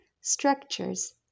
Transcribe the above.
structures